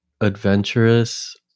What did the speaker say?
adventurous